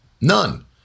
none